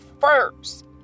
first